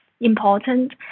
important